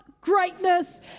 Greatness